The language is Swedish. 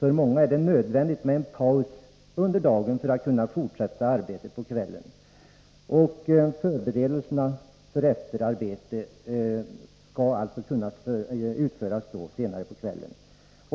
För många är det nödvändigt med en paus under dagen för att man skall kunna fortsätta arbetet på kvällen. Förberedelser och efterarbete skall alltså kunna utföras senare på kvällen.